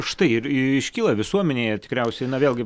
štai ir iškyla visuomenėje tikriausiai na vėlgi